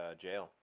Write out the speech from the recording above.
jail